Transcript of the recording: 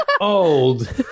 old